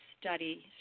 study